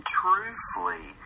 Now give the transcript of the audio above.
truthfully